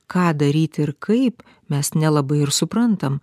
ką daryt ir kaip mes nelabai ir suprantam